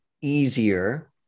easier